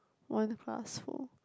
one class full